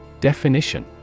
Definition